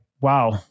wow